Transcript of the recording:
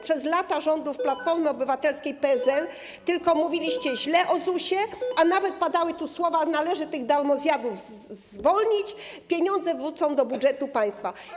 Przez lata rządów Platformy Obywatelskiej - PSL tylko mówiliście źle o ZUS-ie, a nawet padały tu słowa: należy tych darmozjadów zwolnić, pieniądze wrócą do budżetu państwa.